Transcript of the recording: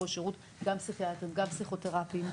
השירות גם פסיכיאטרים וגם פסיכותרפיסטים,